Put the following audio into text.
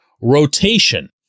rotation